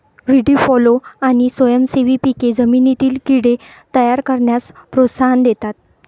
व्हीडी fallow आणि स्वयंसेवी पिके जमिनीतील कीड़े तयार करण्यास प्रोत्साहन देतात